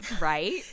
right